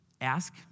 Ask